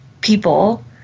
people